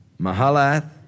Mahalath